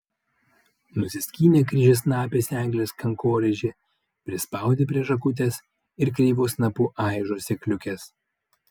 nusiskynė kryžiasnapis eglės kankorėžį prispaudė prie šakutės ir kreivu snapu aižo sėkliukes